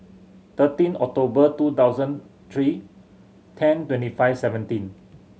thirteen October two thousand three ten twenty five seventeen